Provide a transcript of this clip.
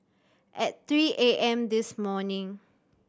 at three A M this morning